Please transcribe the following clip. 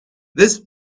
this